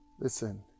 Listen